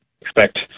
expect